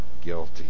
guilty